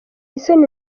isoni